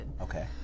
Okay